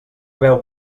beu